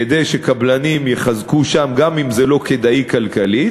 כדי שקבלנים יחזקו שם גם אם זה לא כדאי כלכלית,